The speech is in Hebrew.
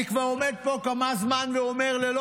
אני עומד פה כבר כמה זמן ואומר: ללא